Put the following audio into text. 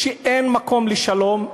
שאין מקום לשלום,